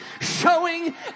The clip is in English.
showing